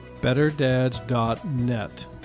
Betterdads.net